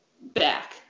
back